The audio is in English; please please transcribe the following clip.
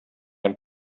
and